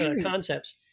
concepts